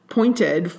pointed